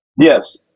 Yes